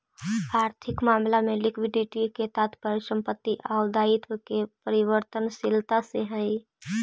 आर्थिक मामला में लिक्विडिटी के तात्पर्य संपत्ति आउ दायित्व के परिवर्तनशीलता से हई